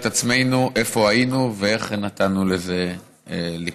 עצמנו איפה היינו ואיך נתנו לזה לקרות.